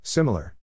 Similar